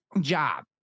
job